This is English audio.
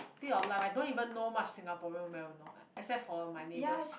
dead or alive I don't even know much singaporean well you know except for my neighbors